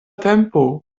tempo